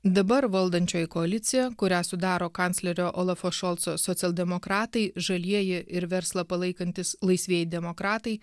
dabar valdančioji koalicija kurią sudaro kanclerio olafo šolco socialdemokratai žalieji ir verslą palaikantys laisvieji demokratai